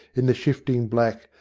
in the shifting black,